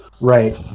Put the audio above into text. Right